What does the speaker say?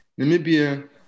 Namibia